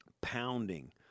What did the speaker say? pounding